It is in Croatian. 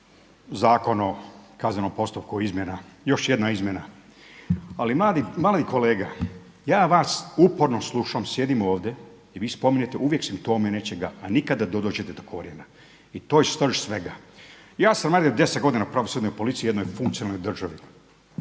Zakon o kaznenom postupku, još jedna izmjena. Ali mladi kolega ja vas uporno slušam, sjedim ovdje i vi spominjete uvijek simptome nečega, a nikada ne dođete do korijena. I to je srž svega. Ja sam radio 10 godina u pravosudnoj policiji u jednoj funkcionalnoj državi.